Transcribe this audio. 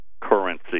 currency